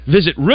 Visit